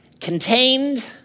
contained